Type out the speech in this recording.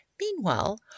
Meanwhile